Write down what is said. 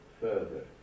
further